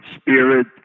spirit